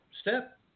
step